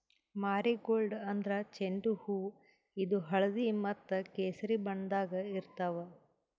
marigold ಅಂದ್ರ ಚೆಂಡು ಹೂವಾ ಇದು ಹಳ್ದಿ ಮತ್ತ್ ಕೆಸರಿ ಬಣ್ಣದಾಗ್ ಇರ್ತವ್